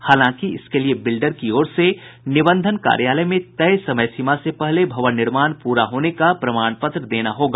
हालांकि इसके लिये बिल्डर की ओर से निबंधन कार्यालय में तय समय सीमा से पहले भवन निर्माण प्ररा होने का प्रमाण पत्र देना होगा